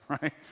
right